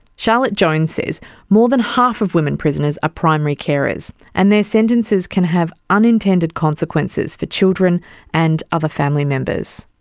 charlotte jones says more than half of women prisoners are ah primary carers, and their sentences can have unintended consequences for children and other family members.